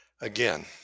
Again